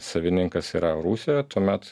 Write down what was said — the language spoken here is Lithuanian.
savininkas yra rusijoje tuomet